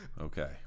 Okay